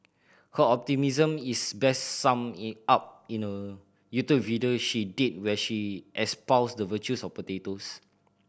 her optimism is best summed up in a YouTube video she did where she espoused the virtues of potatoes